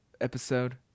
episode